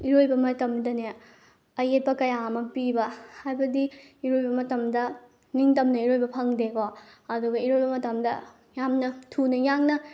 ꯏꯔꯣꯏꯕ ꯃꯇꯝꯗꯅꯦ ꯑꯌꯦꯠꯄ ꯀꯌꯥ ꯑꯃ ꯄꯤꯕ ꯍꯥꯏꯕꯗꯤ ꯏꯔꯣꯏꯕ ꯃꯇꯝꯗ ꯅꯤꯡ ꯇꯝꯅ ꯏꯔꯣꯏꯕ ꯐꯪꯗꯦꯀꯣ ꯑꯗꯨꯒ ꯏꯔꯣꯏꯕ ꯃꯇꯝꯗ ꯌꯥꯝꯅ ꯊꯨꯅ ꯌꯥꯡꯅ